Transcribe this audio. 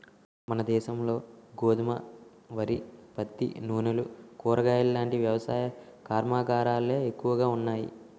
మనదేశంలో గోధుమ, వరి, పత్తి, నూనెలు, కూరగాయలాంటి వ్యవసాయ కర్మాగారాలే ఎక్కువగా ఉన్నాయి